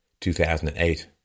2008